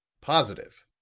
positive.